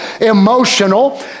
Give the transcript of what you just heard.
emotional